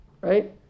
right